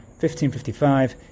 1555